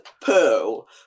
Pearl